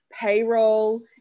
payroll